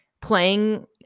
playing